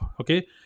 okay